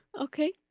Okay